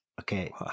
Okay